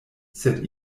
sed